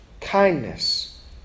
kindness